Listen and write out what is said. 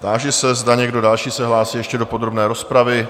Táži se, zda někdo další se hlásí ještě do podrobné rozpravy?